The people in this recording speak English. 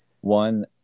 one